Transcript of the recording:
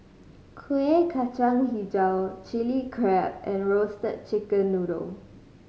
Kuih Kacang Hijau Chili Crab and Roasted Chicken Noodle